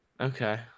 Okay